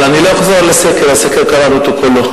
אני לא אחזור על הסקר, קראנו את הסקר כולו.